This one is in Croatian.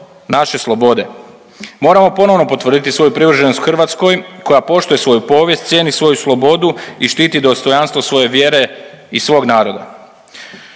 naše slobode. Moramo ponovno potvrditi svoju privrženost Hrvatskoj koja poštuje svoju povijest, cijeni svoju slobodu i štiti dostojanstvo svoje vjere i svog naroda.